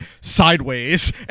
sideways